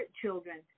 children